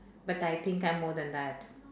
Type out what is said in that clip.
but I think I'm more than that